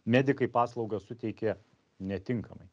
medikai paslaugą suteikė netinkamai